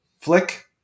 flick